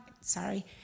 Sorry